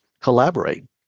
collaborate